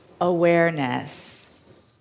Awareness